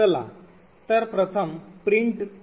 चला तर प्रथम print2